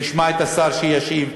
נשמע את השר המשיב,